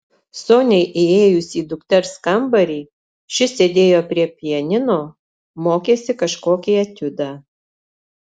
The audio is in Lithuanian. soniai įėjus į dukters kambarį ši sėdėjo prie pianino mokėsi kažkokį etiudą